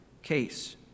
case